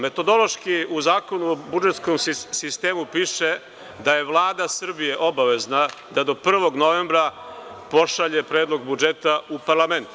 Metodološki u Zakonu o budžetskom sistemu piše da je Vlada Srbije obavezna da do 1. novembra pošalje Predlog budžeta u parlament.